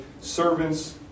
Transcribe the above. servants